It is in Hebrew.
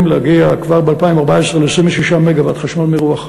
להגיע כבר ב-2014 ל-26 מגה-ואט חשמל מרוח.